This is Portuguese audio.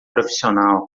profissional